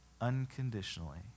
unconditionally